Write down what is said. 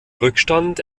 rückstand